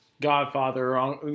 godfather